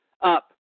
Up